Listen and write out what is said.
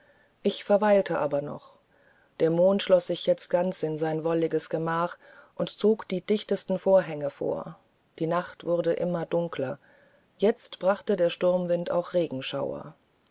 ich verweilte aber noch der mond schloß sich jetzt ganz in sein wolkiges gemach und zog die dichtesten vorhänge vor die nacht wurde immer dunkler jetzt brachte der sturmwind auch regenschauer